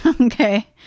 Okay